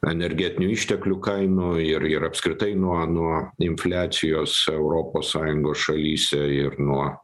energetinių išteklių kainų ir ir apskritai nuo infliacijos europos sąjungos šalyse ir nuo